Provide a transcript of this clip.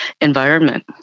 environment